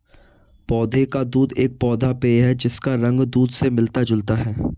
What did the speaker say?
पौधे का दूध एक पौधा पेय है जिसका रंग दूध से मिलता जुलता है